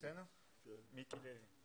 אצלנו מיקי לוי.